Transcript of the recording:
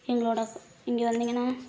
எங்களோடு இங்கே வந்தீங்கன்னால்